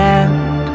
end